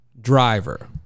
driver